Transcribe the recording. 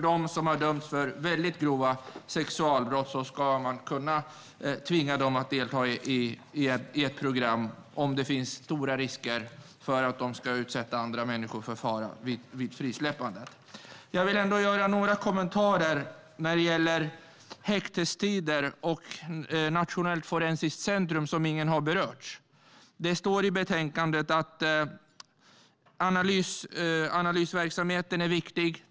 De som har dömts för väldigt grova sexualbrott ska man kunna tvinga att delta i ett program om det finns stora risker för att de ska utsätta andra människor för fara vid frisläppandet. Jag vill ändå göra några kommentarer när det gäller häktestider och Nationellt forensiskt centrum, som ingen har berört. Det står i betänkandet att analysverksamheten är viktig.